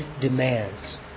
demands